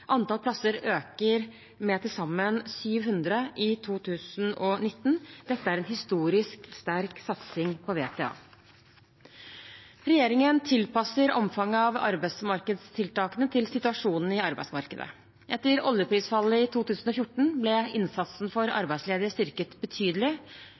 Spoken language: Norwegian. Antall plasser øker med til sammen 700 i 2019. Dette er en historisk sterk satsing på VTA. Regjeringen tilpasser omfanget av arbeidsmarkedstiltakene til situasjonen i arbeidsmarkedet. Etter oljeprisfallet i 2014 ble innsatsen for